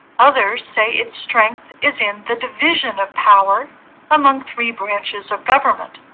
others say its strength is in the division of power among three branches of government